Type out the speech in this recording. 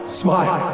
smile